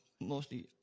Mostly